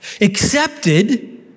Accepted